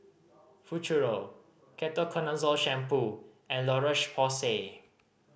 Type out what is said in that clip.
Futuro Ketoconazole Shampoo and La Roche Porsay